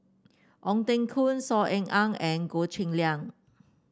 Ong Teng Koon Saw Ean Ang and Goh Cheng Liang